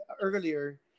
earlier